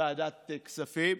ועדת כספים.